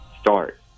start